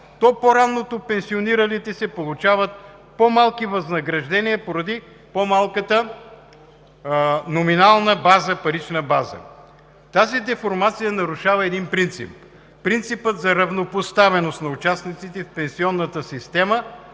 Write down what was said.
то по-рано пенсиониралите се получават по-малки възнаграждения поради по-малката номинална парична база. Тази деформация нарушава един принцип – принципът за равнопоставеност на участниците в пенсионната система